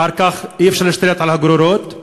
ואחר כך אי-אפשר להשתלט על הגרורות.